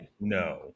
no